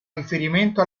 riferimento